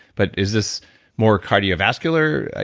but is this more cardiovascular,